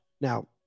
Now